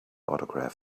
autograph